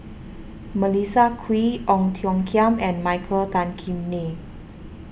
Melissa Kwee Ong Tiong Khiam and Michael Tan Kim Nei